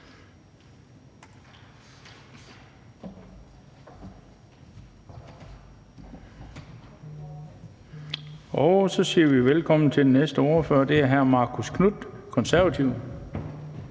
Og så siger vi velkommen til den næste ordfører, og det er hr. Marcus Knuth, Konservative.